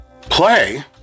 play